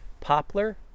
poplar